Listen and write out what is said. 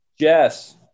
Jess